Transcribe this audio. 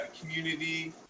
community